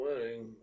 wedding